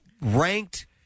ranked